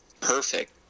perfect